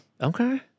Okay